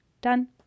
Done